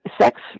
sex